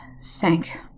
sank